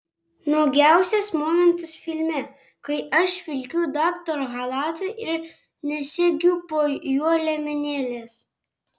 nuogiausias momentas filme kai aš vilkiu daktaro chalatą ir nesegiu po juo liemenėlės